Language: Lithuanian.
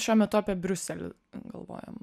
šiuo metu apie briuselį galvojam